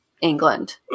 England